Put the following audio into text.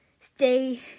stay